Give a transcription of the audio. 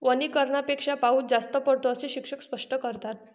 वनीकरणापेक्षा पाऊस जास्त पडतो, असे शिक्षक स्पष्ट करतात